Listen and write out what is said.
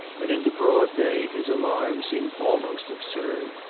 and in the broad day his alarm seemed almost absurd.